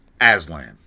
Aslan